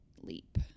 leap